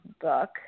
book